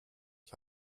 ich